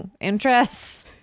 interests